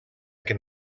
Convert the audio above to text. can